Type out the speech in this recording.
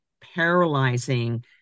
paralyzing